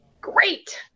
great